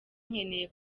nkeneye